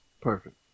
Perfect